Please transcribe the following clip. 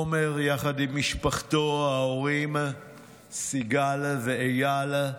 עומר, יחד עם משפחתו, ההורים סיגל ואיל,